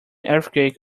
earthquake